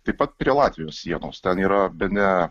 taip pat prie latvijos sienos ten yra bene